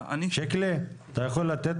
שקלי, אתה יכול לתת